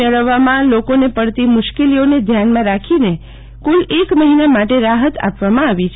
મેળવવામાં લોકોને પડતી મુશ્કેલીઓને ધ્યાનમાં રાખીને કુલ એક મહિના માટે રાહત આપવામાં આવી છે